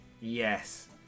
Yes